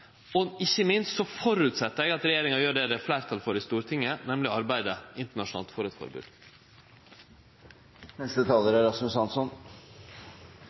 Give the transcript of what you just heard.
og ikkje minst føreset eg at regjeringa gjer det det er fleirtal for i Stortinget, nemleg arbeider internasjonalt for eit